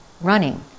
running